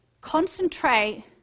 concentrate